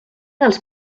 dels